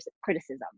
criticism